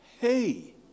Hey